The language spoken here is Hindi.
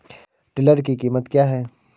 टिलर की कीमत क्या है?